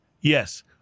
Yes